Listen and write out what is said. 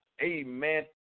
Amen